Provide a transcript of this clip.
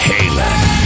Halen